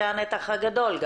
זה המתח הגדול.